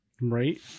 Right